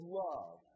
love